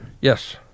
Yes